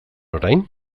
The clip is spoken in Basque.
orain